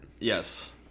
Yes